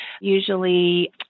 usually